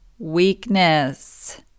Weakness